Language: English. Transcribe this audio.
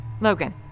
Logan